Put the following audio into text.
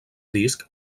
disc